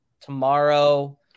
tomorrow